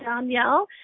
Danielle